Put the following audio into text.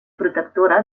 protectora